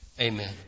Amen